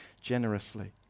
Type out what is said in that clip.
generously